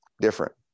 Different